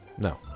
No